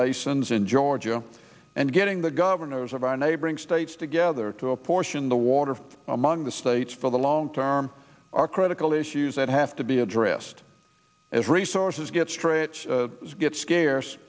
basins in georgia and getting the governors of our neighboring states together to apportion the among the states for the long term are critical issues that have to be addressed as resources get straights get scarce